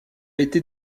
été